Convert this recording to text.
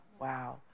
Wow